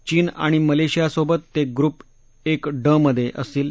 चीन आणि मलेशियासोबत ते ग्रुप एक ड मध्ये असतील